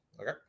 Okay